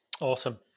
Awesome